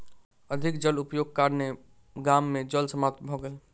अधिक जल उपयोगक कारणेँ गाम मे जल समाप्त भ गेल